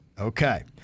Okay